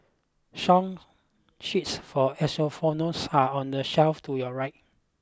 song sheets for are on the shelf to your right